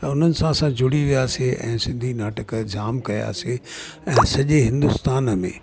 त हुननि सां जूड़ी वियासी ऐं सिंधी नाटक जाम कयासीं ऐं सॼे हिंदुस्तान में